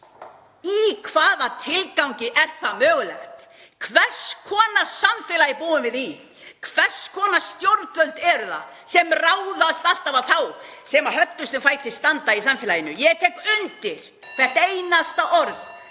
Í hvaða tilgangi er það mögulega? Hvers konar samfélagi búum við í? Hvers konar stjórnvöld eru það sem ráðast alltaf á þá sem höllustum fæti standa í samfélaginu? Ég tek undir hvert einasta orð